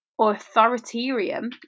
authoritarian